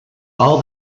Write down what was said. all